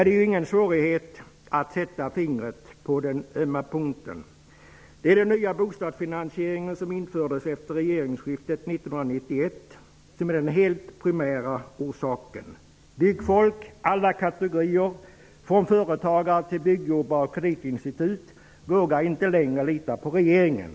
Det är ingen svårighet att sätta fingret på den ömma punkten. Det är den nya bostadsfinansieringen som infördes efter regeringsskiftet 1991 som är den helt primära orsaken. Byggfolk av alla kategorier, från företagare till byggjobbare och kreditinstitut, vågar inte längre lita på regeringen.